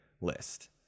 list